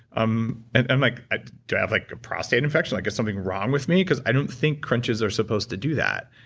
um. and i'm like, do i have like a prostate infection? like is something wrong with me, because i don't think crunches are supposed to do that.